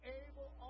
able